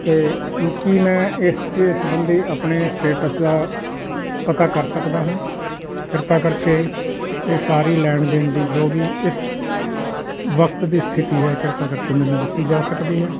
ਤੇ ਕੀ ਮੈਂ ਇਸਦੇ ਸਬੰਧੀ ਆਪਣੇ ਸਟੇਟਸ ਦਾ ਪਤਾ ਕਰ ਸਕਦਾ ਹਾਂ ਕਿਰਪਾ ਕਰਕੇ ਇਹ ਸਾਰੀ ਲੈਣ ਦੇਣ ਦੀ ਜੋ ਵੀ ਇਸ ਵਕਤ ਦੀ ਸਥਿਤੀ ਹੈ ਕਿਰਪਾ ਕਰਕੇ ਮੈਨੂੰ ਦੱਸੀ ਜਾ ਸਕਦੀ ਹੈ